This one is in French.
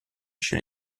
chez